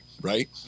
Right